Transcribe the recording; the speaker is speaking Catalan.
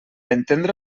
entendre